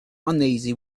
uneasy